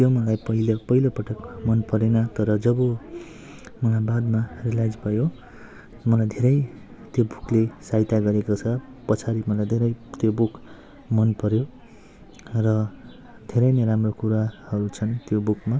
त्यो मलाई पहिलो पहिलो पटक मन परेन तर जब मलाई बादमा रियलाइज भयो मलाई धेरै त्यो बुकले सहायता गरेको छ पछाडि मलाई धेरै त्यो बुक मन पऱ्यो र धेरै नै राम्रो कुराहरू छन् त्यो बुकमा